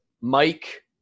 Mike